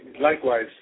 likewise